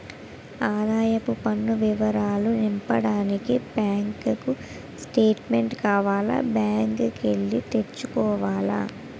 ఆదాయపు పన్ను వివరాలు నింపడానికి బ్యాంకు స్టేట్మెంటు కావాల బ్యాంకు కి ఎల్లి తెచ్చుకోవాల